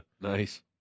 Nice